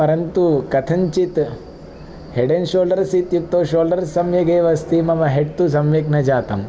परन्तु कथञ्चित् head and shoulders इत्युक्तौ शोल्डर्स् सम्यक् एव अस्ति मम हेड् तु सम्यक् न जातं